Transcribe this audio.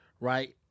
right